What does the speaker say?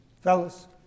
fellas